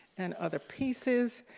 and other pieces.